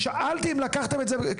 אני שאלתי אם לקחתם את זה כאפשרות?